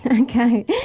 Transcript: Okay